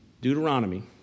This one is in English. Deuteronomy